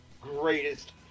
greatest